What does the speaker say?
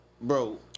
bro